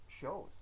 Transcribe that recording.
shows